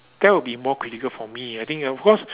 that would be more critical for me I think of course